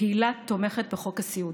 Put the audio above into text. קהילה תומכת בחוק הסיעוד.